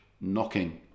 knocking